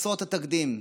חסרות התקדים.